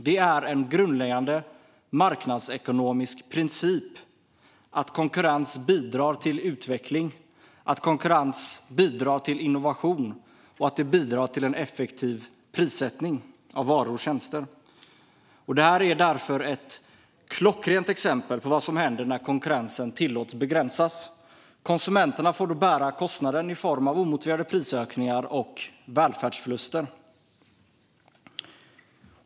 Det är en grundläggande marknadsekonomisk princip att konkurrens bidrar till utveckling, till innovation och till en effektiv prissättning av varor och tjänster. Detta är därför ett klockrent exempel på vad som händer när konkurrensen tillåts begränsas: Konsumenterna får bära kostnaden i form av omotiverade prisökningar och välfärdsförluster.